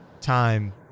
time